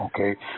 okay